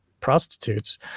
prostitutes